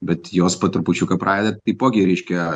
bet jos po trupučiuką pradžia taipogi reiškia